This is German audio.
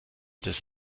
des